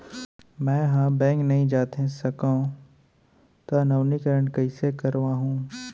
मैं ह बैंक नई जाथे सकंव त नवीनीकरण कइसे करवाहू?